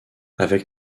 avec